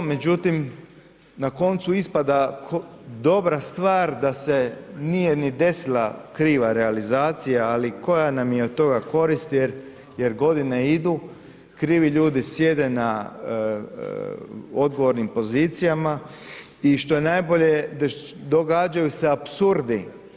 Međutim, na koncu ispada dobra stvar da se nije ni desila kriva realizacija, ali koja nam je od toga korist jer godine idu, krivi ljudi sjede na odgovornim pozicijama i što je najbolje događaju se apsurdi.